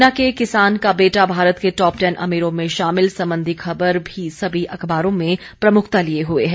ऊना के किसान का बेटा भारत के टॉप टेन अमीरों में शामिल संबंधी खबर भी सभी अखबारों में प्रमुखता लिए हुए है